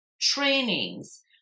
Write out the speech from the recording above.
trainings